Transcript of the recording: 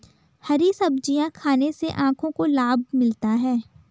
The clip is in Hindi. हरी सब्जियाँ खाने से आँखों को लाभ मिलता है